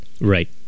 Right